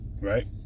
Right